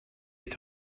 est